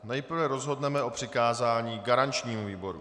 Nejprve rozhodneme o přikázání garančnímu výboru.